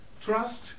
trust